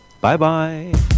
Bye-bye